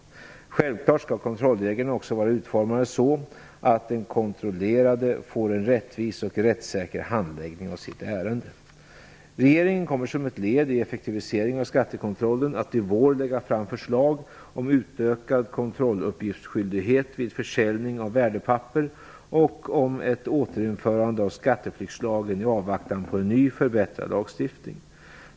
Självklart skall kontrollreglerna också vara utformade så att den kontrollerade får en rättvis och rättssäker handläggning av sitt ärende. Regeringen kommer som ett led i effektiviseringen av skattekontrollen att i vår lägga fram förslag om en utökad kontrolluppgiftsskyldighet vid försäljning av värdepapper och om ett återinförande av skatteflyktslagen i avvaktan på en ny, förbättrad lagstiftning.